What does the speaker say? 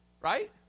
right